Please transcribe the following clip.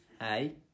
hi